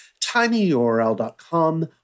tinyurl.com